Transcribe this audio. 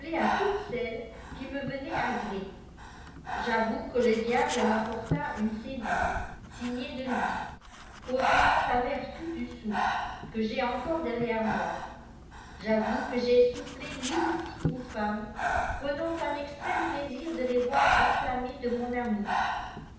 là toutes celles qui me venaient à gré j'avoue que le fiable wajpport une cédulé signée de lui contenant la vertu du souffle que j'ai encore derrière moî j'avoue que j'ai soufflé inille lîues ou femnes prenant un extrême plaisir de le voir ènjinmèés de mon amour